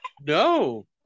No